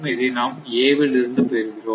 இதை நாம் A வில் இருந்து பெறுகிறோம்